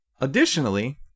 Additionally